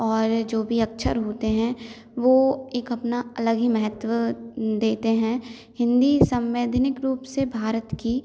और जो भी अक्षर होते हैं वह एक अपना अलग ही महत्व देते हैं हिंदी संवैधानिक रूप से भारत की